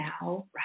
now